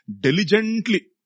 Diligently